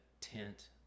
tent